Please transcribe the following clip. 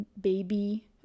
baby